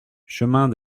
chemin